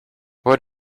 what